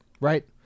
Right